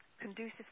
conducive